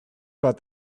about